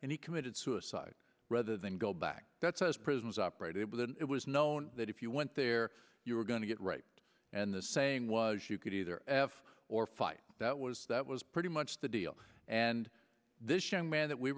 and he committed suicide rather than go back that says prison was operated but it was known that if you went there you were going to get raped and the saying was you could either have or fight that was that was pretty much the deal and this young man that we